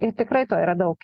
ir tikrai to yra daug